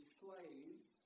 slaves